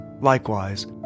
Likewise